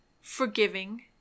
forgiving